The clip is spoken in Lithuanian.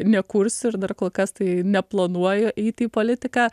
nekursiu ir dar kol kas tai neplanuoju eiti į politiką